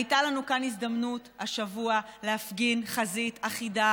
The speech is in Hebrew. הייתה לנו כאן הזדמנות השבוע להפגין חזית אחידה